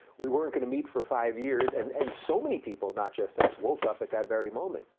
we weren't gonna meet for five years, and and so many people, not just us, woke up at that very moment.